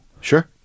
Sure